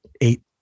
eight